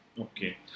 okay